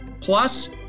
Plus